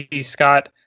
Scott